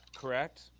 correct